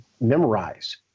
memorize